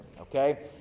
Okay